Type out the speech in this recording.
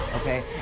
Okay